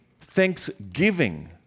thanksgiving